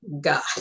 God